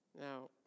Now